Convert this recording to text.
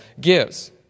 gives